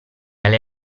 alle